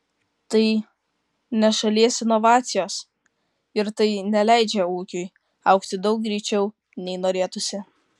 tai ne šalies inovacijos ir tai neleidžia ūkiui augti daug greičiau nei norėtųsi